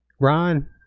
ron